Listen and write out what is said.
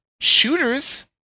shooters